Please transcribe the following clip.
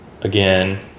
again